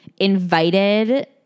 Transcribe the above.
invited